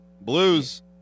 blues